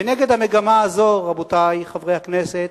נגד המגמה הזאת, רבותי חברי הכנסת,